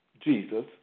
Jesus